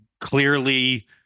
clearly